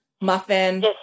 muffin